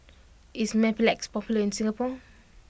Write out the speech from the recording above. is Mepilex popular in Singapore